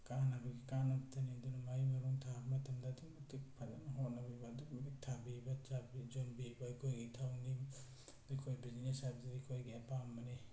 ꯀꯥꯟꯅꯕꯒꯤ ꯀꯥꯟꯅꯕꯇꯅꯤ ꯑꯗꯨꯅ ꯃꯌꯩ ꯃꯔꯣꯡ ꯊꯥꯕ ꯃꯇꯝꯗ ꯑꯗꯨꯛꯀꯤ ꯃꯇꯤꯛ ꯐꯖꯅ ꯍꯣꯠꯅꯕꯤꯕ ꯑꯗꯨꯛꯀꯤ ꯃꯇꯤꯛ ꯊꯥꯕꯤꯕ ꯌꯣꯟꯕꯤꯕ ꯑꯩꯈꯣꯏꯒꯤ ꯏꯊꯧꯅꯤ ꯑꯩꯈꯣꯏ ꯕꯤꯖꯤꯅꯦꯁ ꯍꯥꯏꯕꯁꯤꯗꯤ ꯑꯩꯈꯣꯏꯒꯤ ꯑꯄꯥꯝꯕꯅꯤ